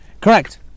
Correct